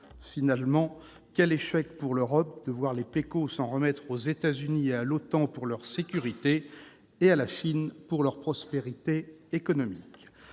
finalement, quel échec pour l'Europe de voir les PECO s'en remettre aux États-Unis et à l'OTAN pour leur sécurité, et à la Chine pour leur prospérité économique !